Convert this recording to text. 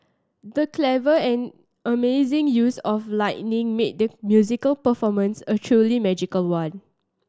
the clever and amazing use of lighting made the musical performance a truly magical one